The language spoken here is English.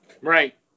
Right